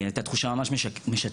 הייתה תחושה ממש משתקת.